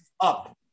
Up